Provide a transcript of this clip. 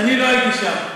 אני לא הייתי שם.